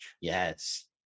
yes